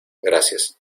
gracias